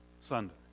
Sunday